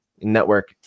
network